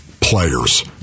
players